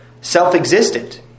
self-existent